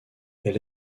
elle